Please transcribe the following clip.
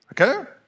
Okay